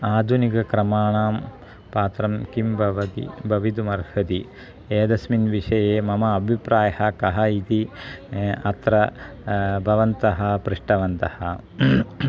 आधुनिकक्रमाणां पात्रं किं भवति भवितुमर्हति एतस्मिन् विषये मम अभिप्रायः कः इति अत्र भवन्तः पृष्टवन्तः